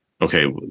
okay